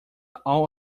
all